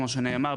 כמו שנאמר,